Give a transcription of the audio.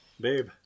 Babe